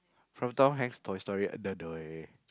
from Tom-Hanks Toy-Story another way